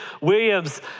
Williams